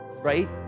right